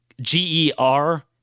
g-e-r